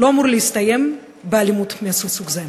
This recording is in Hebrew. לא אמור להסתיים באלימות מסוג זה,